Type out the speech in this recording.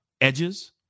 edges